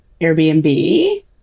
Airbnb